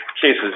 cases